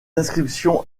inscriptions